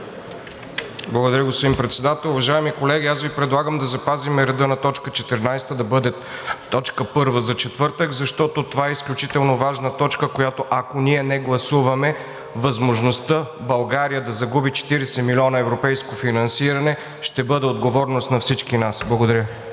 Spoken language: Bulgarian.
Благодаря, господин Председател. Уважаеми колеги, предлагам Ви да запазим реда на точка 14 да бъде точка първа за четвъртък, защото това е изключително важна точка, която, ако ние не гласуваме, възможността България да загуби 40 милиона европейско финансиране ще бъде отговорност на всички нас. Благодаря.